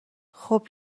خوب